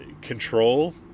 control